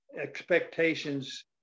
expectations